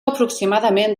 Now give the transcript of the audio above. aproximadament